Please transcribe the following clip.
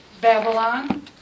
Babylon